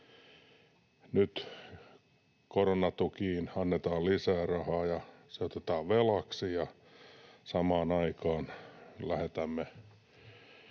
Nyt koronatukiin annetaan lisää rahaa, ja se otetaan velaksi, ja samaan aikaan lähetämme